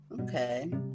okay